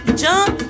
jump